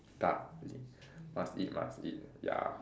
duck you see must eat must eat ya